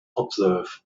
observe